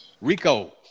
Rico